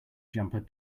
jumper